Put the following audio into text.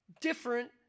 different